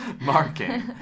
marking